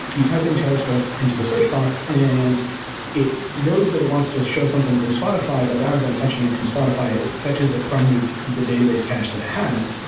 you type in taylor swift into the search box and it knows that it wants to show something from spotify, but rather than fetching it from spotify, it fetches it from the the database cache that it has,